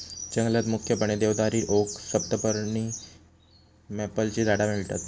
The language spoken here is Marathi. जंगलात मुख्यपणे देवदारी, ओक, सप्तपर्णी, मॅपलची झाडा मिळतत